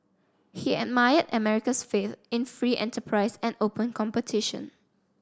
he admired America's faith in free enterprise and open competition